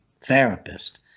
therapist